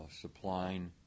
supplying